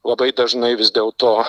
labai dažnai vis dėl to